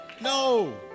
No